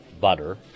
butter